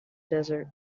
desert